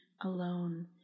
alone